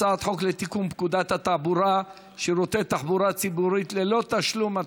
הצעת חוק לתיקון פקודת התעבורה (שירותי תחבורה ציבורית ללא תשלום),